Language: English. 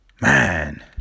Man